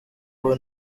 ubu